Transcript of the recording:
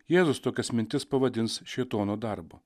jėzus tokias mintis pavadins šėtono darbu